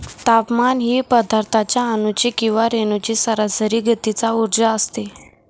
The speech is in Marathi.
तापमान ही पदार्थाच्या अणूंची किंवा रेणूंची सरासरी गतीचा उर्जा असते